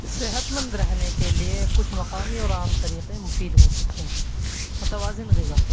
صحت مند رہنے کے لیے کچھ مقامی اور عام طریقے مفید ہو سکتے ہیں متوازن غذا